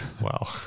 Wow